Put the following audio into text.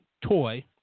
toy